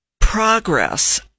progress